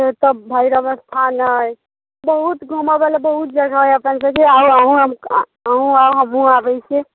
फेर तब भैरब स्थान अइ बहूत घूमऽबला बहूत जगह है अपन सबके आउ अहूँ आउ हमहूँ आबैत छी